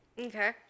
Okay